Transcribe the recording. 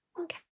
Okay